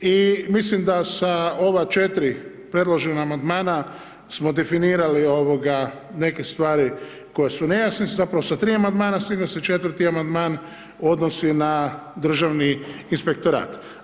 i mislim da sa ova 4 predložena amandmana smo definirali neke stvari koje su nejasne, zapravo sa 3 amandmana, s tim da se 4 amandman odnosi na državni inspektorat.